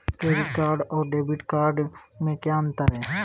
Credit card और debit card में क्या अंतर है?